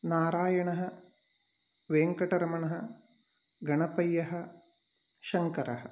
नारायणः वेङ्कटरमणः गणपय्यः शङ्करः